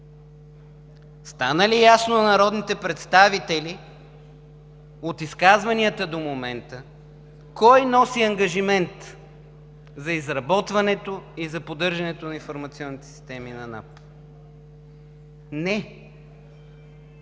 Стана ли ясно на народните представители от изказванията до момента кой носи ангажимент за изработването и за поддържането на информационните системи на НАП? Не!